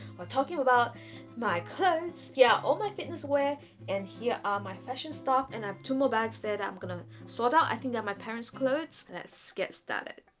i'm talking about my clothes yeah, all my fitness away and here are my fashion stuff and i have two more bags that i'm gonna sort out i think that my parents clothes let's get started